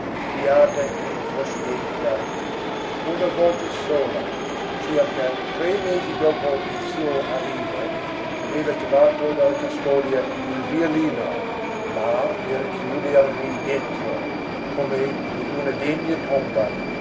beata incoscienza una volta sola circa tre mesi dopo il suo arrivo aveva cavato dalla custodia il violino ma per chiudervi dentro come in una degna tomba